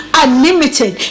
unlimited